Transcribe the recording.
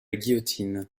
guillotine